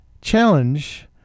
challenge